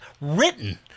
written